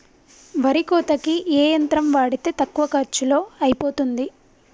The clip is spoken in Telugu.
వరి కోతకి ఏ యంత్రం వాడితే తక్కువ ఖర్చులో అయిపోతుంది?